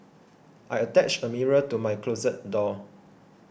I attached a mirror to my closet door